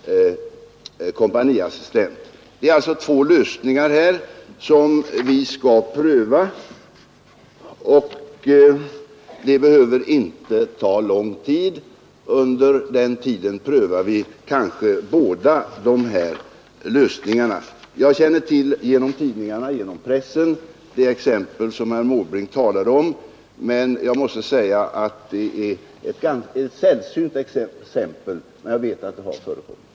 Det är alltså två lösningar som vi skall pröva, och det behöver inte ta lång tid. Vi kanske prövar båda lösningarna i ett sammanhang. Genom pressen känner jag till det fall som herr Måbrink talade om. Jag vet alltså att det har inträffat, men det är sällsynt att sådant förekommer.